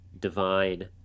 divine